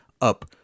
up